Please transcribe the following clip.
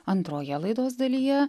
antroje laidos dalyje